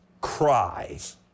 cries